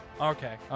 Okay